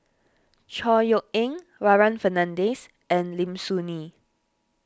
Chor Yeok Eng Warren Fernandez and Lim Soo Ngee